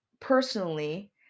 personally